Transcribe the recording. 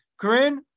Corinne